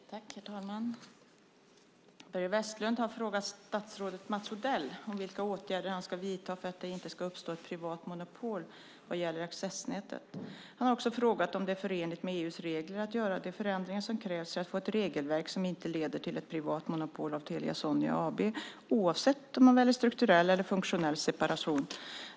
Herr talman! Börje Vestlund har frågat statsrådet Mats Odell vilka åtgärder han ska vidta för att det inte ska uppstå ett privat monopol vad gäller accessnätet. Han har också frågat om det är förenligt med EU:s regler att göra de förändringar som krävs för att få ett regelverk som inte leder till ett privat monopol av Telia Sonera AB oavsett om man väljer strukturell eller funktionell separation.